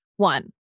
One